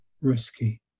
risky